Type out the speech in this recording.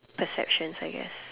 exceptions I guess